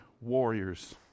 warriors